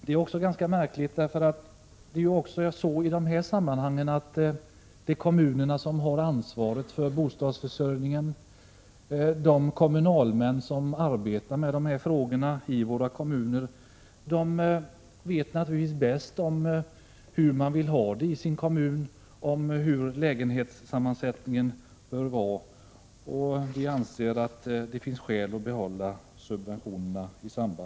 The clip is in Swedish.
Det är också ganska märkligt, eftersom det är kommunerna som har ansvaret för bostadsförsörjningen. De kommunalmän som arbetar med de här frågorna i våra kommuner vet naturligtvis bäst hur lägenhetssammansättningen i kommunen bör vara. Vi anser att det finns skäl att behålla dessa subventioner.